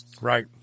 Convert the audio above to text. Right